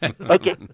Okay